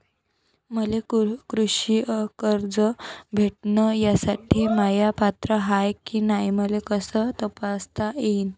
मले कृषी कर्ज भेटन यासाठी म्या पात्र हाय की नाय मले कस तपासता येईन?